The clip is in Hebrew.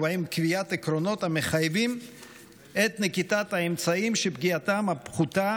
ובהם קביעת עקרונות המחייבים את נקיטת האמצעים שפגיעתם הפחותה